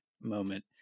moment